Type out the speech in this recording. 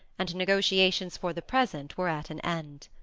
and negotiations, for the present, were at an end.